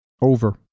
Over